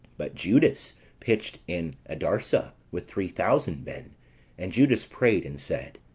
but judas pitched in adarsa with three thousand men and judas prayed, and said